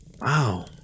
wow